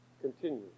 Continue